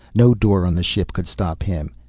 no door on the ship could stop him.